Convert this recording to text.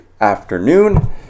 afternoon